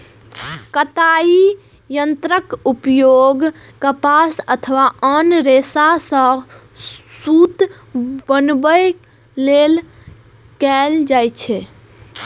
कताइ यंत्रक उपयोग कपास अथवा आन रेशा सं सूत बनबै लेल कैल जाइ छै